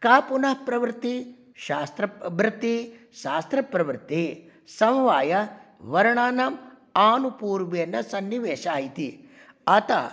का पुनः प्रवृत्ति शास्त्रवृत्तिः शास्त्रप्रवृत्तिः समवायवर्णानां आनुपूर्वेन सन्निवेशः इति अतः